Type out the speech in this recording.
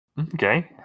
Okay